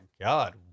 God